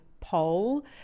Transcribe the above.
poll